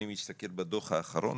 אני מסתכל בדוח האחרון,